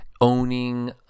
owning